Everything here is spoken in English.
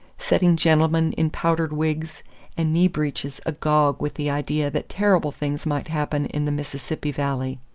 setting gentlemen in powdered wigs and knee breeches agog with the idea that terrible things might happen in the mississippi valley.